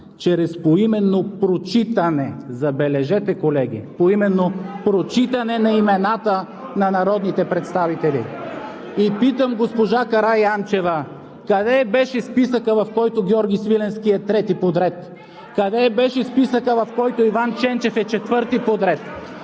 чрез поименно про-чи-та-не, забележете, колеги, поименно прочитане на имената на народните представители“! (Шум и реплики от ГЕРБ.) И питам госпожа Караянчева: къде беше списъкът, в който Георги Свиленски е трети подред? Къде беше списъкът, в който Иван Ченчев е четвърти подред?